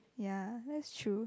ya that's true